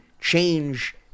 change